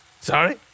Sorry